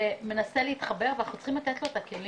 שמנסה להתחבר, ואנחנו צריכים לתת לו את הכלים.